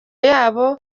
yabo